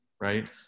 right